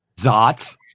Zots